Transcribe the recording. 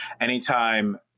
Anytime